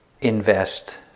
invest